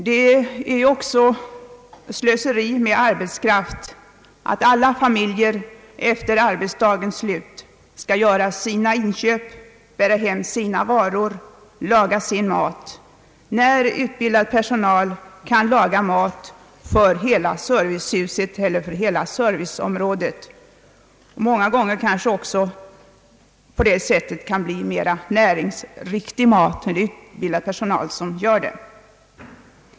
Det är också slöseri med arbetskraft att alla familjer efter arbetsdagens slut skall göra sina inköp, bära hem sina varor, laga sin mat när utbildad personal kan laga mat för hela servicehuset eller hela serviceområdet; många gånger kan maten dessutom bli mera näringsriktig när den lagas av utbildad personal.